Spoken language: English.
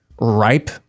ripe